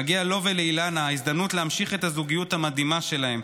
מגיעה לו ולאילנה ההזדמנות להמשיך את הזוגיות המדהימה שלהם,